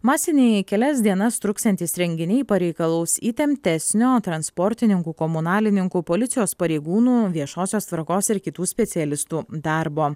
masiniai kelias dienas truksiantys renginiai pareikalaus įtemptesnio transportininkų komunalininkų policijos pareigūnų viešosios tvarkos ir kitų specialistų darbo